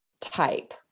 type